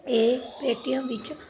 ਏ Paytm ਵਿੱਚ